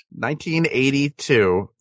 1982